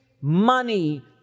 money